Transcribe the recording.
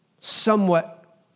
somewhat